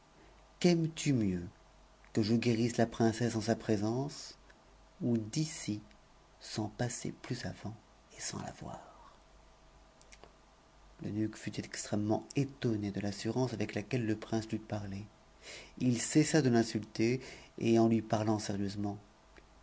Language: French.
quaimes lu mieux que je guérisse la princesse en sa présence ou d'ici sans passer plus avant et sans la voir o l'eunuque fut extrêmement étonné de l'assurance avec laquelle le prince lui parlait h cessa de l'insulter et en lui parlant sérieusement